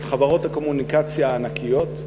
את חברות הקומוניקציה הענקיות,